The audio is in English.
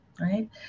right